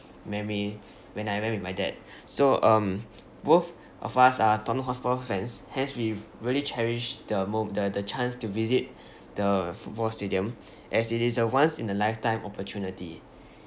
memory when I went with my dad so um both of us are tottenham hotspur fans hence we've really cherish the mo~ the the chance to visit the football stadium as it is a once in a lifetime opportunity